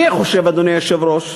אני חושב, אדוני היושב-ראש,